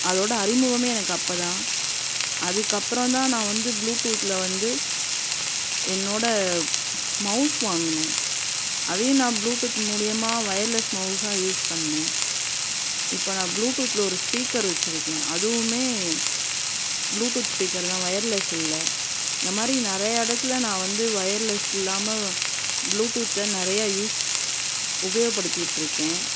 அதோடய அறிமுகமே எனக்கு அப்போ தான் அதுக்கப்புறம் தான் நான் வந்து ப்ளூடூத்தில் வந்து என்னோடய மௌஸ் வாங்கினேன் அதையும் நான் ப்ளூடூத் மூலிமா ஒயர்லெஸ் மௌஸாக யூஸ் பண்ணேன் இப்போ நான் ப்ளூடூத்தில் ஒரு ஸ்பீக்கர் வைச்சிருக்கேன் அதுவுமே ப்ளூடூத் ஸ்பீக்கர் தான் ஒயர்லெஸ் இல்லை இந்தமாதிரி நிறையா இடத்துல நான் வந்து ஒயர்லெஸ் இல்லாமல் ப்ளூடூத்தை நிறைய யூஸ் உபயோகப்படுத்திட்டுருக்கேன்